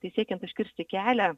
tai siekiant užkirsti kelią